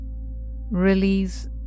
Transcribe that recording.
Release